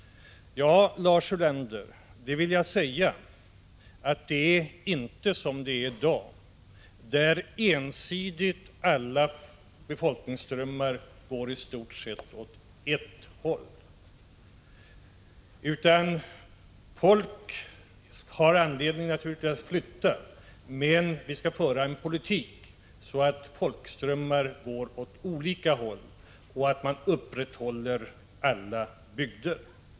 Ja, Lars Ulander, det vill jag säga, att ett sådant samhälle inte är som dagens, där alla befolkningsströmmar går i stort sett åt ett håll. Folk kommer naturligtvis att ha anledning att flytta även i ett decentraliserat samhälle, men vi skall föra en politik så att folkströmmar kommer att gå åt olika håll och så att alla bygder består.